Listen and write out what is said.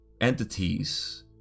entities